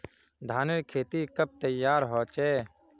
धानेर खेती कब तैयार होचे?